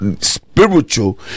spiritual